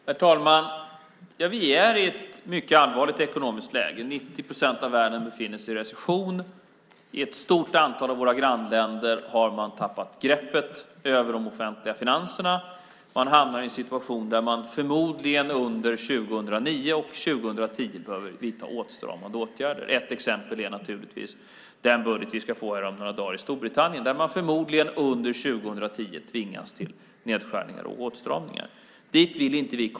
Herr talman! Vi är i ett mycket allvarligt ekonomiskt läge. 90 procent av världen befinner sig i recession. I ett stort antal av våra grannländer har man tappat greppet över de offentliga finanserna. Man hamnar i en situation där man förmodligen under 2009 och 2010 behöver vidta åtstramande åtgärder. Ett exempel är naturligtvis den budget vi ska få om några dagar i Storbritannien, där man förmodligen under 2010 tvingas till nedskärningar och åtstramningar. Dit vill vi inte komma.